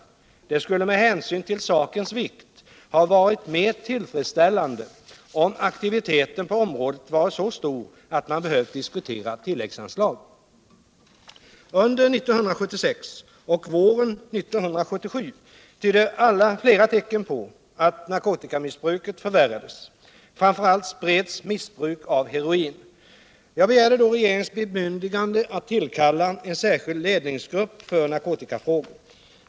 Det skulle med hänsyn till sakens vikt ha varit mer tillfredsställande om aktiviteten på området varit så stor att man behövt diskutera tilläggsanslag. Under 1976 och våren 1977 tydde flera tecken på att narkotikamissbruket förvärrades. Framför allt spreds missbruket av heroin. Jag begärde då regeringens bemyndigande att tillkalla en särskild ledningsgrupp för narkotikafrågor.